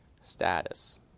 status